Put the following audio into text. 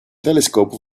telescope